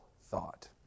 thought